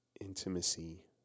intimacy